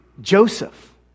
Joseph